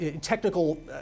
technical